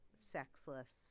sexless